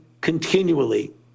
continually